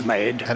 made